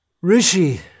rishi